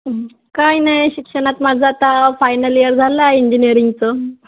काय नाही शिक्षणात माझं आता फायनल इयर झालं आहे इंजिनियरिंगचं